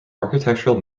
architectural